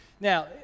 Now